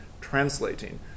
translating